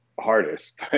hardest